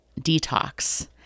detox